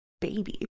baby